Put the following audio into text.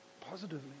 positively